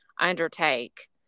undertake